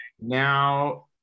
now